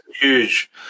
huge